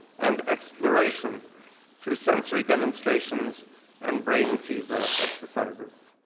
and exploration through sensory demonstrations and brain teaser exercises.